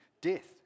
death